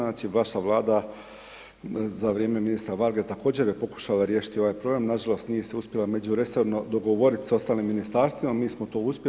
Znači, vaša Vlada za vrijeme ministra Varge također je pokušala riješiti ovaj problem, nažalost, nije se uspjela međuresorno dogovoriti sa ostalim Ministarstvima, mi smo to uspjeli.